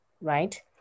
right